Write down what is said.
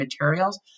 materials